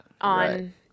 on